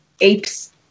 Apes